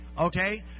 Okay